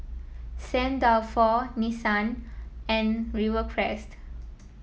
Saint Dalfour Nissin and Rivercrest